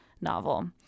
novel